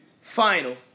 final